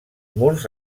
murs